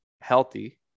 healthy